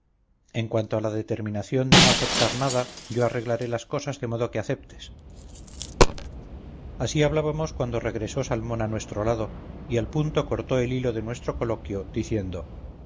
en cuanto a la determinación de no aceptar nada yo arreglaré las cosas de modo que aceptes así hablábamos cuando regresó salmón a nuestro lado y al punto cortó el hilo de nuestro coloquio diciendo